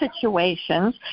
situations